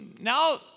now